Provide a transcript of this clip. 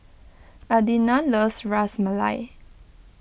Adina loves Ras Malai